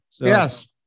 Yes